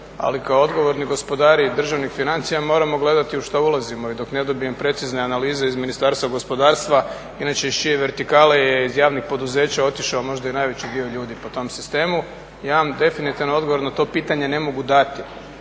ali kao odgovorni gospodari državnih financija moramo gledati u šta ulazimo i dok ne dobijem precizne analize iz Ministarstva gospodarstva inače iz čije vertikale je iz javnih poduzeća otišao možda i najveći dio ljudi po tom sistemu ja vam definitivno odgovor na to pitanje ne mogu dati.